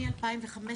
מ-2015,